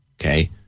Okay